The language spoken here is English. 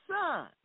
son